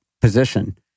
position